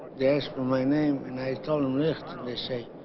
thanks for my name and i told him list they say